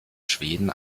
schweden